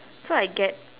so I get